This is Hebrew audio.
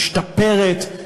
משתפרת,